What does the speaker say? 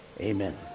amen